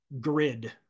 grid